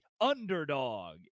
underdog